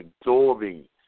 absorbing